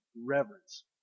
reverence